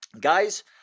Guys